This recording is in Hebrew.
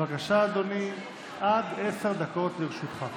בבקשה, אדוני, עד עשר דקות לרשותך.